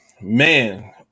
man